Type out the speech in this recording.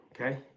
Okay